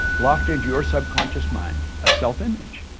locked into your subconscious mind, a self image.